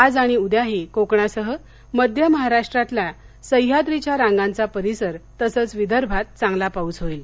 आज आणि उद्याही कोकणासह मध्य महाराष्ट्रातला सह्याद्रीच्या रांगांचा परिसर तसंच विदर्भात चांगला पाऊस होईल